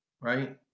right